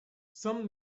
some